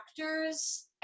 actors